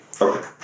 Okay